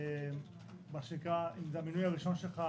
נדמה לי שאם זה המינוי הראשון שלך,